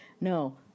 no